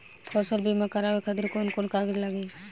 फसल बीमा करावे खातिर कवन कवन कागज लगी?